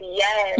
yes